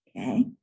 Okay